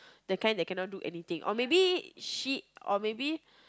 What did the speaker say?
the kind that cannot do anything or maybe she or maybe